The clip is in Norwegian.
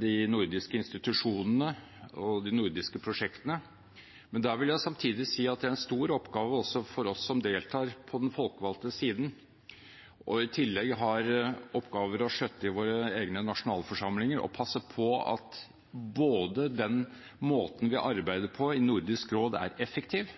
de nordiske institusjonene og de nordiske prosjektene. Men jeg vil samtidig si at det er en stor oppgave også for oss som deltar på den folkevalgte siden og i tillegg har oppgaver å skjøtte i våre egne nasjonalforsamlinger, å passe på både at den måten vi arbeider på i Nordisk råd, er effektiv